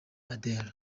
adele